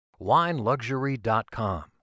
WineLuxury.com